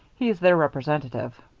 he's their representative.